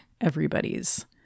everybody's